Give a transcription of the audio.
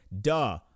duh